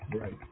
right